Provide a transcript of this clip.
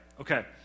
Okay